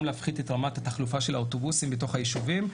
להפחית את רמת התחלופה של האוטובוסים בתוך היישובים,